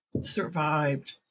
survived